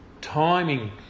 timing